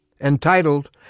entitled